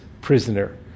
prisoner